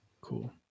cool